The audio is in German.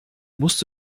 musst